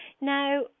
Now